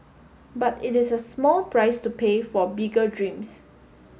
but it is a small price to pay for bigger dreams